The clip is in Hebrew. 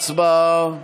הצבעה.